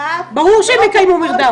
ברור שהם יקיימו מרדף.